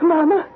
Mama